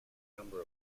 number